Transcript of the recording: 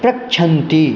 प्रच्छन्ति